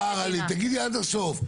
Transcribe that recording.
שנחבר על ידי תגידי עד הסוף.